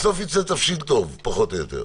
בסוף ייצא תבשיל טוב, פחות או יותר.